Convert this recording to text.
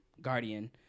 guardian